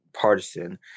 partisan